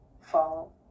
follow